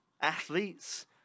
athletes